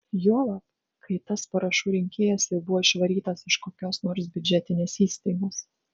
juolab kai tas parašų rinkėjas jau buvo išvarytas iš kokios nors biudžetinės įstaigos